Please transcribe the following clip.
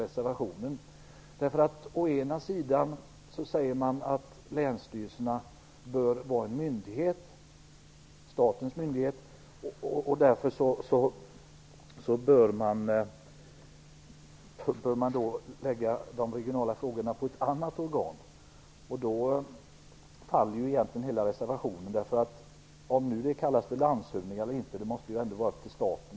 Man säger att länsstyrelserna bör vara en myndighet, statens myndighet, och att man därför bör lägga de regionala frågorna på ett annat organ. Men då faller ju egentligen hela reservationen. Om det kallas för landshövding eller inte måste väl ändå vara upp till staten.